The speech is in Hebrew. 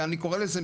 אני קורה לזה,